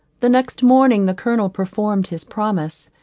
the next morning the colonel performed his promise,